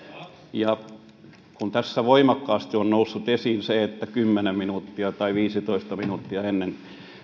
kun tässä voimakkaasti on noussut esiin se että kymmenen minuuttia tai viisitoista minuuttia ennen